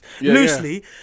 loosely